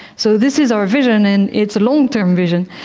so this is our vision and it's a long-term vision,